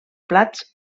plats